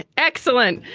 excellent.